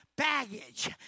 Baggage